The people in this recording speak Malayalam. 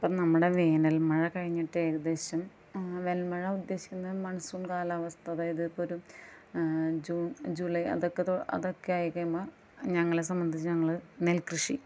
അപ്പം നമ്മുടെ വേനൽമഴ കഴിഞ്ഞിട്ട് ഏകദേശം വേനൽമഴ ഉദ്ദേശിക്കുന്നത് മൺസൂൺ കാലാവസ്ഥ അതായത് ഇപ്പോൾ ഒരു ജൂൺ ജൂലായ് അതൊക്കെ ഒരു അതൊക്കെ ആയിക്കഴിയുമ്പോൾ ഞങ്ങളെ സംമ്പന്ധിച്ച് ഞങ്ങൾ നെൽകൃഷി